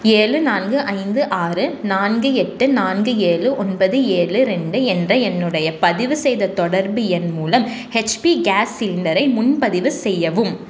ஏழு நான்கு ஐந்து ஆறு நான்கு எட்டு நான்கு ஏழு ஒன்பது ஏழு ரெண்டு என்ற என்னுடைய பதிவுசெய்த தொடர்பு எண் மூலம் ஹெச்பி கேஸ் சிலிண்டரை முன்பதிவு செய்யவும்